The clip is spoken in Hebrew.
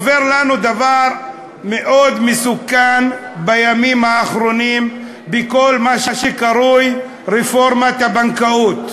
עובר לנו דבר מאוד מסוכן בימים האחרונים בכל מה שקרוי רפורמת הבנקאות.